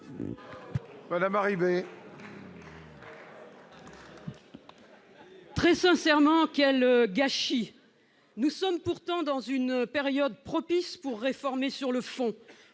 la réplique. Très sincèrement, quel gâchis ! Nous sommes pourtant dans une période propice pour réformer sur le fond,